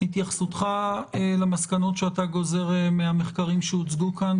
התייחסותך למסקנות שאתה גוזר מהמחקרים שהוצגו כאן,